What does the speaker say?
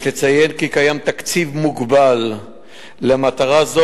יש לציין כי קיים תקציב מוגבל למטרה זו,